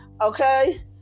Okay